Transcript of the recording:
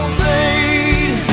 fade